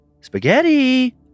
Spaghetti